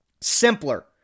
simpler